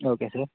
okay sir